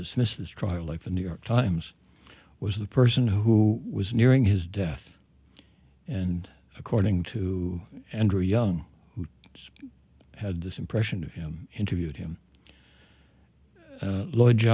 dismiss this trial like the new york times was the person who was nearing his death and according to andrew young who had this impression of him interviewed him